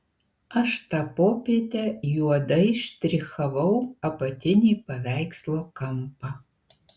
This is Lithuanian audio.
aš tą popietę juodai štrichavau apatinį paveikslo kampą